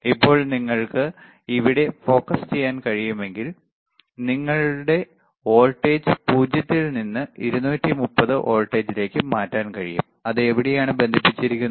ഇപ്പോൾ നിങ്ങൾക്ക് ഇവിടെ ഫോക്കസ് ചെയ്യാൻ കഴിയുമെങ്കിൽ നിങ്ങൾക്ക് വോൾട്ടേജ് 0 ൽ നിന്ന് 230 വോൾട്ടിലേക്ക് മാറ്റാൻ കഴിയും അത് എവിടെയാണ് ബന്ധിപ്പിച്ചിരിക്കുന്നത്